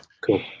Cool